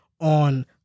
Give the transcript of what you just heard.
on